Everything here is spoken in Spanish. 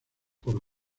por